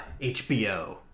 HBO